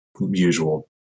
usual